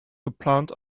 geplant